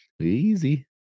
Easy